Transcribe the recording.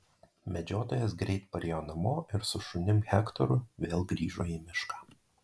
medžiotojas greit parėjo namo ir su šunim hektoru vėl grįžo į mišką